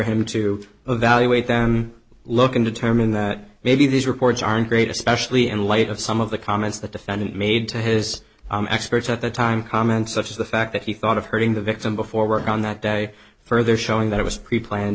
him to evaluate them looking to determine that maybe these reports aren't great especially in light of some of the comments the defendant made to his experts at the time comments such as the fact that he thought of hurting the victim before work on that day further showing that it was preplanned